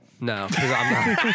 No